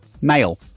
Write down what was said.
Male